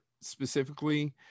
specifically